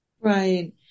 right